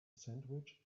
sandwich